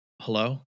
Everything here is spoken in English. Hello